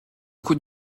coups